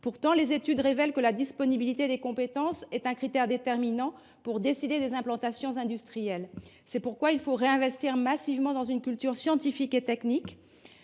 Pourtant, les études révèlent que la disponibilité des compétences est un critère déterminant pour décider des implantations industrielles. C’est pourquoi il faut réinvestir massivement dans une culture scientifique et technique